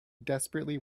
desperately